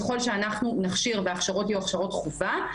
ככל שאנחנו נכשיר וההכשרות יהיו הכשרות חובה,